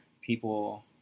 people